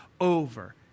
over